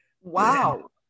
Wow